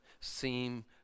seem